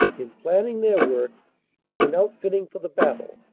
in planning their work and in outfitting for the battle.